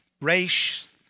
race